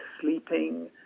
sleeping